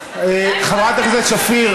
חברת הכנסת שפיר,